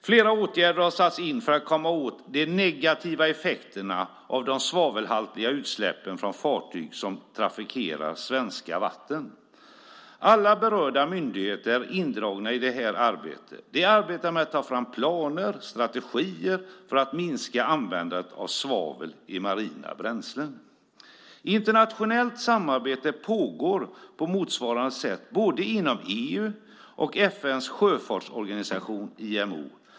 Flera åtgärder har satts in för att komma åt de negativa effekterna av svavelhaltiga utsläpp från fartyg som trafikerar svenska vatten. Alla berörda myndigheter är indragna i det här arbetet. De arbetar med att ta fram planer och strategier för att minska användandet av svavel i marina bränslen. Internationellt samarbete pågår på motsvarande sätt både inom EU och i FN:s sjöfartsorganisation IMO.